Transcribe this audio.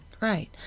Right